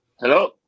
Hello